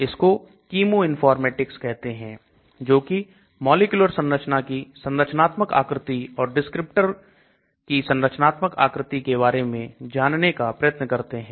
इसको Chemiinformatics कहते हैं जोकि मॉलिक्यूलर संरचना की संरचनात्मक आकृति और डिस्क्रिप्टिव की संरचनात्मक आकृति के बारे में जानने का प्रयत्न करते हैं